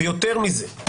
ויותר מזה,